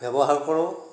ব্যৱহাৰ কৰোঁ